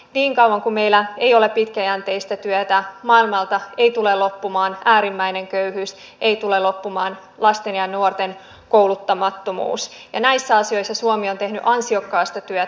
niin kauan kuin meillä ei ole pitkäjänteistä työtä maailmalta ei tule loppumaan äärimmäinen köyhyys ei tule loppumaan lasten ja nuorten kouluttamattomuus ja näissä asioissa suomi on tehnyt ansiokasta työtä